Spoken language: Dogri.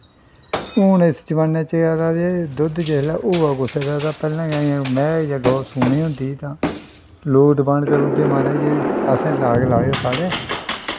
हून इस जमाने बिच्च एह् ऐ कि हून दुद्ध होऐ कुसै दै तां पैह्लें गै मैंह् जां गौ सूने गी होंदी तां लोग डमांड़ करी ओड़दे म्हाराज असें लाग लाओ साढ़ै